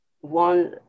one